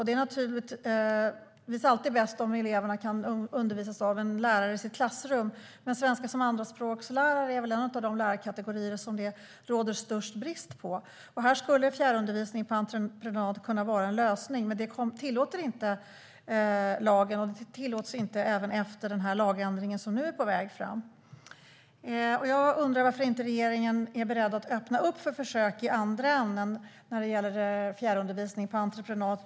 Det är naturligtvis alltid bäst om eleverna kan undervisas av en lärare i sitt klassrum, men lärare i svenska som andraspråk är en av de lärarkategorier som det råder störst brist på. Här skulle fjärrundervisning på entreprenad kunna vara en lösning, men det tillåter inte lagen. Det tillåts inte ens efter den lagändring som nu är på väg. Jag undrar varför regeringen inte är beredd att öppna för försök i andra änden med fjärrundervisning på entreprenad.